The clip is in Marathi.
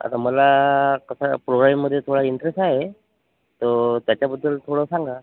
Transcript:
आता मला कसं प्रोराइमध्ये थोडा इंटरेस्ट आहे तर त्याच्याबद्दल थोडं सांगा